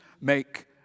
make